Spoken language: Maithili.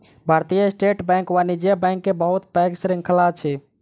भारतीय स्टेट बैंक वाणिज्य बैंक के बहुत पैघ श्रृंखला अछि